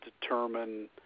determine